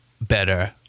better